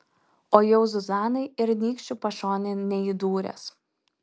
o jau zuzanai ir nykščiu pašonėn neįdūręs